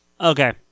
Okay